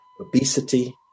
obesity